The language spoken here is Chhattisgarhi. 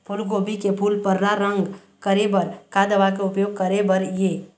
फूलगोभी के फूल पर्रा रंग करे बर का दवा के उपयोग करे बर ये?